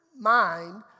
mind